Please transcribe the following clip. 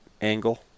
angle